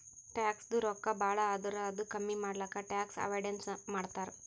ಟ್ಯಾಕ್ಸದು ರೊಕ್ಕಾ ಭಾಳ ಆದುರ್ ಅದು ಕಮ್ಮಿ ಮಾಡ್ಲಕ್ ಟ್ಯಾಕ್ಸ್ ಅವೈಡನ್ಸ್ ಮಾಡ್ತಾರ್